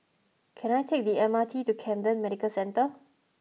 can I take the M R T to Camden Medical Centre